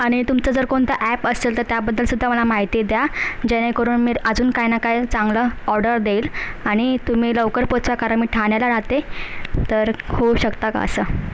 आणि तुमचं जर कोणतं ॲप असेल तर त्याबद्दल सुद्धा मला माहिती द्या जेणेकरून मी अजून काही ना काही चांगलं ऑर्डर देईल आणि तुम्ही लवकर पोहोचा कारण मी ठाण्याला राहते तर होऊ शकतं का असं